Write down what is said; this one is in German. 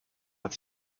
hat